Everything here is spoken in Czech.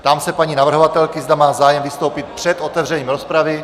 Ptám se paní navrhovatelky, zda má zájem vystoupit před otevřením rozpravy.